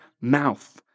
mouth